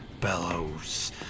bellows